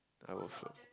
I will float